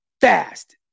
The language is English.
fast